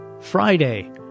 Friday